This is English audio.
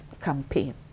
campaign